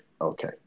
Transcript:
Okay